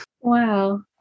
Wow